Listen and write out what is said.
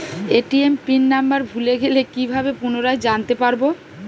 ATM pin number ভুলে গেলে কি ভাবে পুনরায় জানতে পারবো?